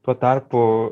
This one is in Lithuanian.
tuo tarpu